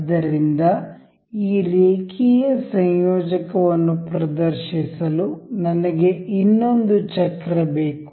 ಆದ್ದರಿಂದ ಈ ರೇಖೀಯ ಸಂಯೋಜಕವನ್ನು ಪ್ರದರ್ಶಿಸಲು ನನಗೆ ಇನ್ನೊಂದು ಚಕ್ರ ಬೇಕು